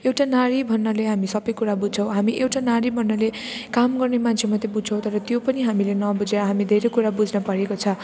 एउटा नारी भन्नाले हामी सबै कुरा बुझ्छौँ हामी एउटा नारी भन्नाले काम गर्ने मान्छे मात्रै बुझ्छौँ तर त्यो पनि हामीले नबुझेर हामी धेरै कुरा बुझ्नुपरेको छ